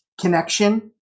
connection